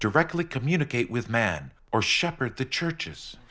directly communicate with man or shepherd the churches